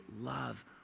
love